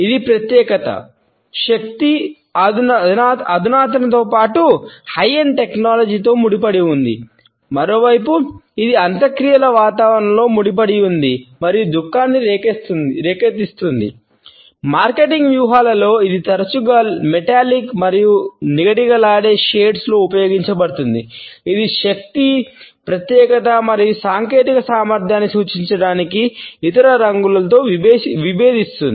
ఇది ప్రత్యేకత శక్తి అధునాతనతో పాటు హై ఎండ్ టెక్నాలజీతో ఉపయోగించబడుతుంది ఇది శక్తి ప్రత్యేకత మరియు సాంకేతిక సామర్థ్యాన్ని సూచించడానికి ఇతర రంగులతో విభేదిస్తుంది